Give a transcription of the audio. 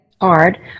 hard